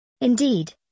Indeed